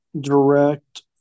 direct